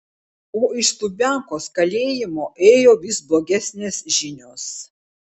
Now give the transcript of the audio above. o iš lubiankos kalėjimo ėjo vis blogesnės žinios